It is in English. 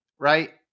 right